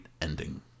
ending